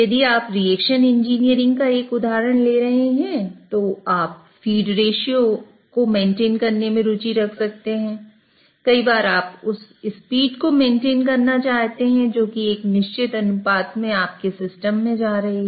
यदि आप reaction engineering का एक उदाहरण ले रहे हैं तो आप फीड रेश्यो को मेंटेन करने में रुचि रख सकते हैं कई बार आप उस स्पीड को मेंटेन करना चाहते हैं जो कि एक निश्चित अनुपात में आपके सिस्टम में जा रही है